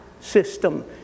system